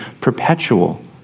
perpetual